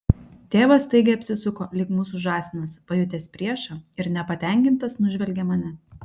tėvas staigiai apsisuko lyg mūsų žąsinas pajutęs priešą ir nepatenkintas nužvelgė mane